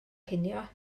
cinio